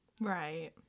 Right